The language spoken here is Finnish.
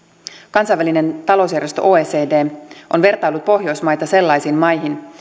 kansainvälinen talousjärjestö oecd on vertaillut pohjoismaita sellaisiin maihin